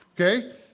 okay